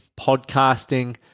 podcasting